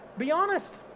be honest.